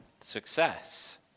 success